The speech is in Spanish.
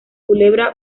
culebra